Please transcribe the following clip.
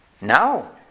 No